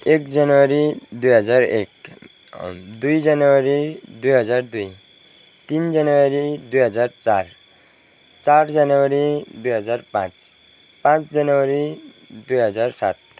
एक जनवरी दुई हजार एक दुई जनवरी दुई हजार दुई तिन जनवरी दुई हजार चार चार जनवरी दुई हजार पाँच पाँच जनवरी दुई हजार सात